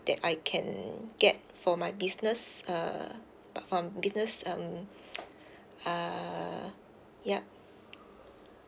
that I can get for my business uh from business um uh yup